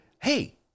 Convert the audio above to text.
hey